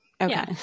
Okay